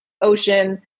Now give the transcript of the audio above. ocean